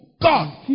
God